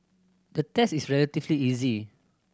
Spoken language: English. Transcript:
the test is relatively easy